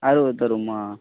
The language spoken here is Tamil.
அறுபது தருமா